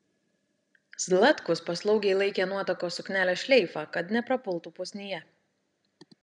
zlatkus paslaugiai laikė nuotakos suknelės šleifą kad neprapultų pusnyje